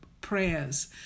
prayers